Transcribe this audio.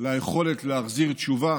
ליכולת להחזיר תשובה